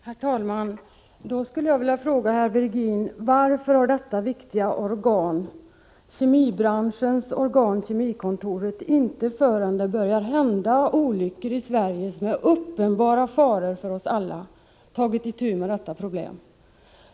Herr talman! Då skulle jag vilja fråga herr Virgin: Varför har detta viktiga organ, kemibranschens organ Kemikontoret, inte förrän det börjar hända olyckor i Sverige och uppstått uppenbara faror för oss alla tagit itu med detta problem?